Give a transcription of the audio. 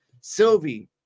Sylvie